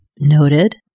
Noted